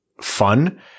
fun